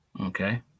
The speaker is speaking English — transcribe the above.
okay